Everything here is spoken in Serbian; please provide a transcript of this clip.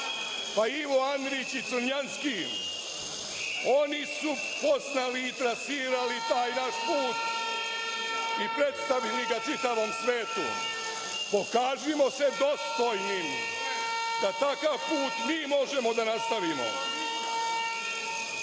pa Ivo Andrić i Crnjanski. Oni su postali i trasirali taj naš put i predstavili ga čitavom svetu. Pokažimo se dostojni da takav put mi možemo da nastavimo. Znam